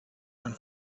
and